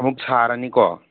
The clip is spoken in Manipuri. ꯑꯃꯨꯛ ꯁꯥꯔꯅꯤꯀꯣ